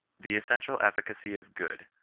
the essen tial efficacy of good,